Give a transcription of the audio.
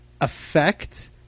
affect